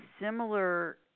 similar